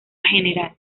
general